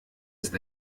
ist